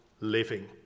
living